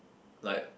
like